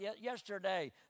yesterday